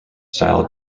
style